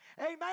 Amen